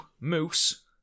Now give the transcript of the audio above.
Moose